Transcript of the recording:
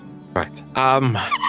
Right